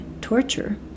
torture